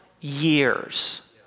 years